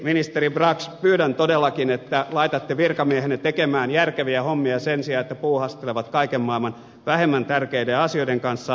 ministeri brax pyydän todellakin että laitatte virkamiehenne tekemään järkeviä hommia sen sijaan että he puuhastelevat kaiken maailman vähemmän tärkeiden asioiden kanssa